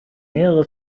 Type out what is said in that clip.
mehrere